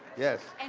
yes. and